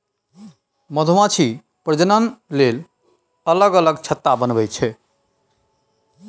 मधुमाछी प्रजनन लेल अलग अलग छत्ता बनबै छै